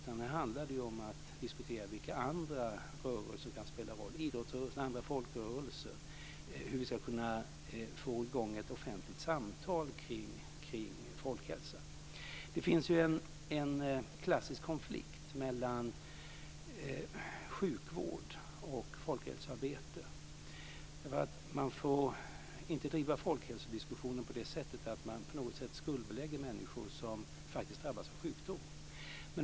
Här måste man också diskutera vilka andra rörelser - idrottsrörelsen och andra folkrörelser - som kan spela en roll och hur vi ska få i gång ett offentligt samtal kring folkhälsa. Det finns en klassisk konflikt mellan sjukvård och folkhälsoarbete. Man får inte driva folkhälosdiskussionen på det sättet att man på något sätt skuldbelägger människor som drabbas av sjukdom.